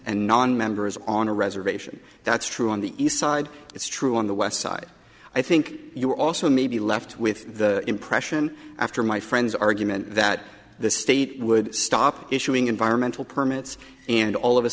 and nonmembers on a reservation that's true on the east side it's true on the west side i think you also may be left with the impression after my friend's argument that the state would stop issuing environmental permits and all of a